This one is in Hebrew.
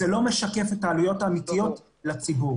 זה לא משקף את העלויות האמיתיות לציבור.